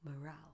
morale